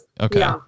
Okay